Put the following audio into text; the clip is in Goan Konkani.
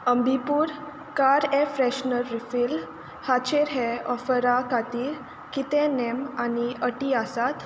Ambi Pur car air freshener refill हाचेर हे ऑफरा खातीर कितें नेम आनी अटी आसात